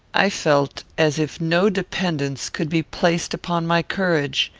i felt as if no dependence could be placed upon my courage,